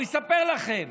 הוא יספר לכם